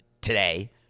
today